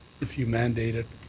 if you mandate it,